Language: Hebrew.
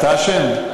אתה אשם?